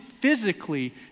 physically